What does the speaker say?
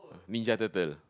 Ninja Turtle